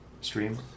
Stream